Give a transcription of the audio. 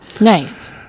Nice